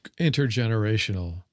intergenerational